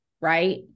right